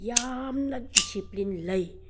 ꯌꯥꯝꯅ ꯗꯤꯁꯤꯄ꯭ꯂꯤꯟ ꯂꯩ